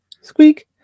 squeak